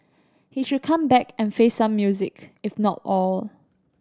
he should come back and face some music if not all